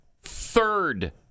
third